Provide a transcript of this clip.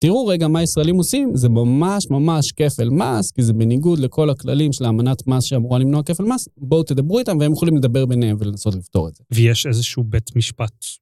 תראו רגע מה ישראלים עושים, זה ממש ממש כפל מס, כי זה בניגוד לכל הכללים של האמנת מס שאמורה למנוע כפל מס. בואו תדברו איתם והם יכולים לדבר ביניהם ולנסות לפתור את זה. ויש איזשהו בית משפט.